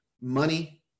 money